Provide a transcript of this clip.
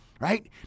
right